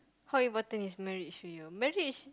how important is marriage to you marriage is